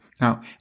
Now